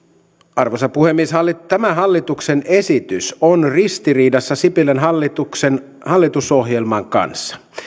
arvoisa puhemies tämä hallituksen esitys on ristiriidassa sipilän hallituksen hallitusohjelman kanssa